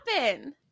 happen